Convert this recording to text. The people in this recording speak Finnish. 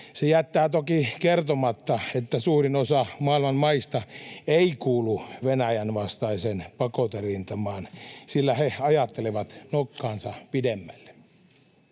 Se jättää toki kertomatta, että suurin osa maailman maista ei kuulu Venäjän vastaiseen pakoterintamaan, sillä he ajattelevat nokkaansa pidemmälle.